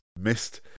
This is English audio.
missed